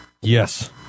Yes